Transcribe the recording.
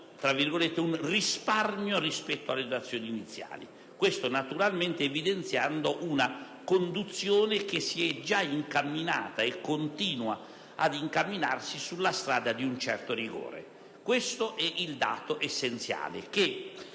registra un risparmio rispetto alle dotazioni iniziali; ciò naturalmente evidenzia una conduzione che già si è incamminata e continua a incamminarsi sulla strada di un certo rigore. Questo è il dato essenziale,